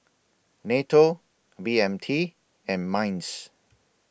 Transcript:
NATO B M T and Minds